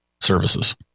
services